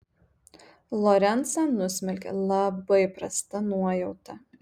lorencą nusmelkė labai prasta nuojauta